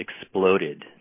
exploded